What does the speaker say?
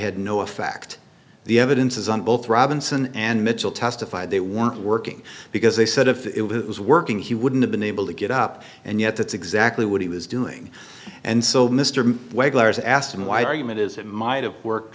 had no effect the evidence is on both robinson and mitchell testified they weren't working because they said if it was working he wouldn't have been able to get up and yet that's exactly what he was doing and so mr wegg lawyers asked him why argument is it might have worked